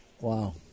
Wow